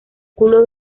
culo